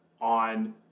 on